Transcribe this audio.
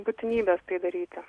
būtinybės tai daryti